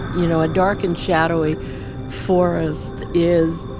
you know, a dark and shadowy forest is